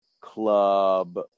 club